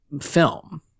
film